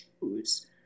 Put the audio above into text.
choose